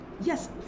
yes